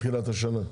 מתחילת השנה.